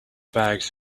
bags